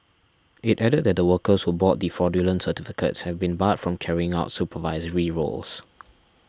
it added that the workers who bought the fraudulent certificates have been barred from carrying out supervisory roles